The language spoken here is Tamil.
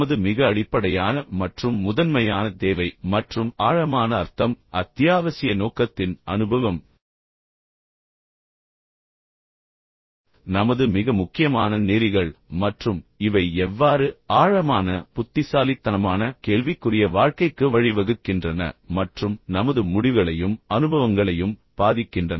நமது மிக அடிப்படையான மற்றும் முதன்மையான தேவை மற்றும் ஆழமான அர்த்தம் அத்தியாவசிய நோக்கத்தின் அனுபவம் நமது மிக முக்கியமான நெறிகள் மற்றும் இவை எவ்வாறு ஆழமான புத்திசாலித்தனமான கேள்விக்குரிய வாழ்க்கைக்கு வழிவகுக்கின்றன மற்றும் நமது முடிவுகளையும் அனுபவங்களையும் பாதிக்கின்றன